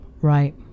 Right